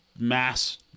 Mass